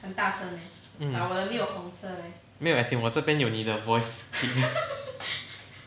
mm 没有 as in 我这边有你的 voice